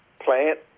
plant